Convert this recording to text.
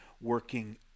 working